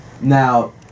Now